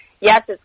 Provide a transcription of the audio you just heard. yes